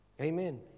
Amen